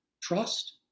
trust